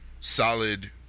solid